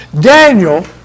Daniel